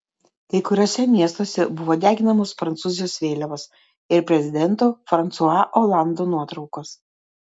kai kuriuose miestuose buvo deginamos prancūzijos vėliavos ir prezidento fransua olando nuotraukos